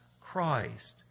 Christ